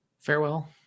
Farewell